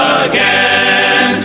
again